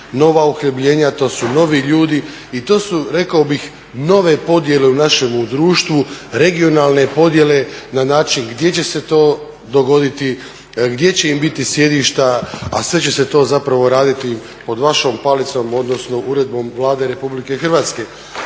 nova uhljebljenja, to su novi ljudi i to su rekao bih nove podjele u našemu društvu, regionalne podjele na način gdje će se to dogoditi, gdje će im biti sjedišta, a sve će se to zapravo raditi pod vašom palicom, odnosno uredbom Vlade RH.